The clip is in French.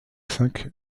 cinq